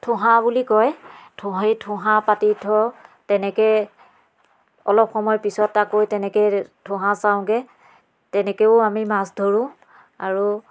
থোহা বুলি কয় থো সেই থোহা পাতি থওঁ তেনেকৈ অলপ সময়ৰ পিছত আকৌ তেনেকৈ থোহা চাওঁগৈ তেনেকৈও আমি মাছ ধৰোঁ আৰু